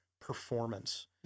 performance